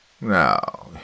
Now